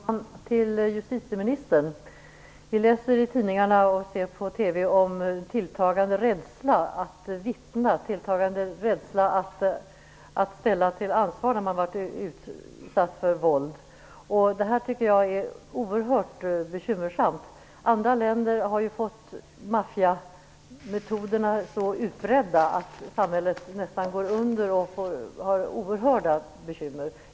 Fru talman! Jag vill ställa en fråga till justitieministern. Vi ser på TV och läser i tidningarna om en tilltagande rädsla för att vittna och för att ställa någon till ansvar när man har varit utsatt för våld. Jag tycker att det här är oerhört bekymmersamt. I andra länder har maffiametoderna blivit så utbredda att samhället nästan går under, och man har oerhörda bekymmer.